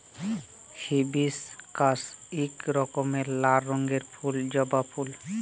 hibiscus ইক রকমের লাল রঙের ফুল জবা ফুল